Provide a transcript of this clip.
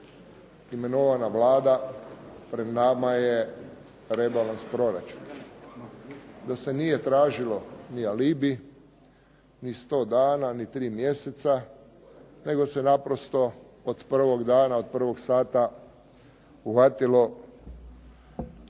imenovana Vlada pred nama je rebalans proračuna, da se nije tražio ni alibi ni 100 dana, ni 3 mjeseca, nego se naprosto od prvog dana, od prvog sata uhvatilo u